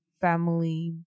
family